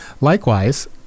Likewise